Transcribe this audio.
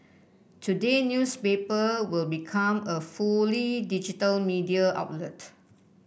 today newspaper will become a fully digital media outlet